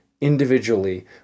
individually